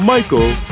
Michael